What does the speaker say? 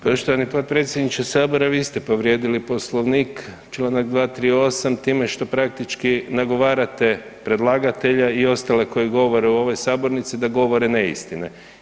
Poštovani potpredsjedniče Sabora, vi ste povrijedili poslovnik čl. 238., time što praktički nagovarate predlagatelja i ostale koji govore u ovoj sabornici da govore neistine.